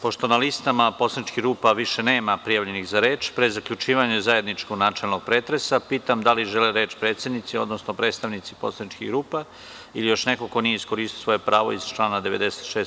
Pošto na listama poslaničkih grupa više nema prijavljenih za reč, pre zaključivanja zajedničkog načelnog pretresa pitam da li žele reč predsednici, odnosno predstavnici poslaničkih grupa, ili još neko ko nije iskoristio svoje pravo iz člana 96.